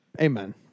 Amen